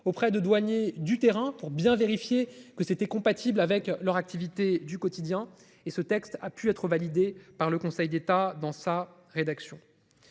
auprès de douaniers du terrain pour bien vérifié que c'était compatible avec l'Europe. Activités du quotidien et ce texte a pu être validé par le Conseil d'État dans sa rédaction.